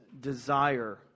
desire